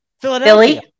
Philadelphia